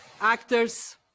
actors